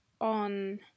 on